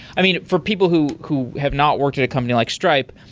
i mean, for people who who have not worked at a company like stripe,